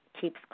keeps